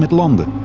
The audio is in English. longer